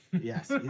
Yes